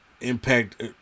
Impact